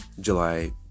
July